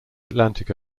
atlantic